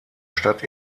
stadt